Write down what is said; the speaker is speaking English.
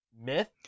myth